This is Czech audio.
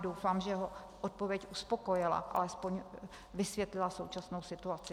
Doufám, že ho odpověď uspokojila, alespoň vysvětlila současnou situaci.